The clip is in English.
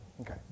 Okay